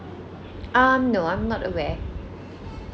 um no I'm not aware